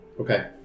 Okay